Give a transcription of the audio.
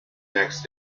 next